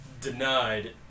denied